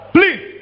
Please